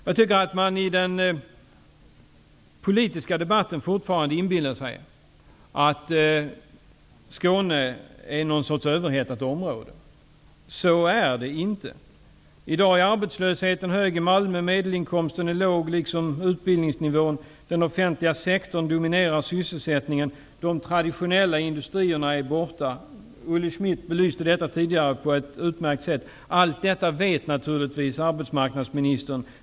Man inbillar sig fortfarande i den politiska debatten att Skåne är någon sorts överhettat område. Så är det inte. I dag är arbetslösheten hög i Malmö. Medelinkomsten är liksom utbildningsnivån låg. Den offentliga sektorn dominerar sysselsättningen. De traditionella industrierna är borta. Olle Schmidt belyste detta tidigare på ett utmärkt sätt. Allt detta vet givetvis arbetsmarknadsministern.